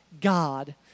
God